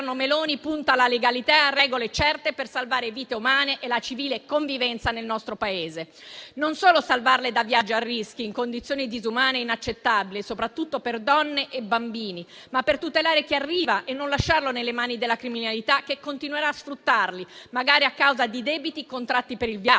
del Governo Meloni punta alla legalità e a regole certe per salvare vite umane e la civile convivenza nel nostro Paese. Non solo salvarle da viaggi a rischio, in condizioni disumane e inaccettabili, soprattutto per donne e bambini, ma per tutelare chi arriva e non lasciarli nelle mani della criminalità, che continuerà a sfruttarli, magari a causa di debiti contratti per il viaggio.